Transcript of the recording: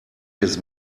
his